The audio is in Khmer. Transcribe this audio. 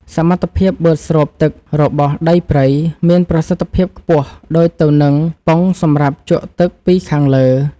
សមត្ថភាពបឺតស្រូបទឹករបស់ដីព្រៃមានប្រសិទ្ធភាពខ្ពស់ដូចទៅនឹងប៉ុងសម្រាប់ជក់ទឹកពីខាងលើ។សមត្ថភាពបឺតស្រូបទឹករបស់ដីព្រៃមានប្រសិទ្ធភាពខ្ពស់ដូចទៅនឹងប៉ុងសម្រាប់ជក់ទឹកពីខាងលើ។